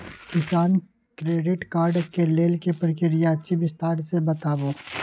किसान credit card के लेल की प्रक्रिया अछि विस्तार से बताबू?